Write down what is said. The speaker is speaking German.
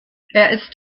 ist